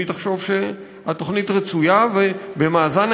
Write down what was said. אם היא תחשוב שהתוכנית רצויה ובמאזן